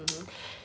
mmhmm